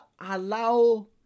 allow